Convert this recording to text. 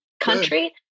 country